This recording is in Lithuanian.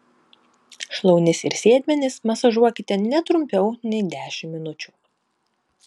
šlaunis ir sėdmenis masažuokite ne trumpiau nei dešimt minučių